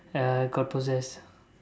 uh got possessed